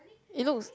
it looks